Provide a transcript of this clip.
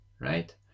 right